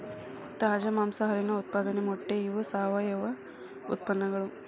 ತಾಜಾ ಮಾಂಸಾ ಹಾಲಿನ ಉತ್ಪಾದನೆ ಮೊಟ್ಟೆ ಇವ ಸಾವಯುವ ಉತ್ಪನ್ನಗಳು